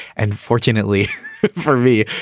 and fortunately for me,